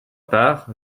part